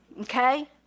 okay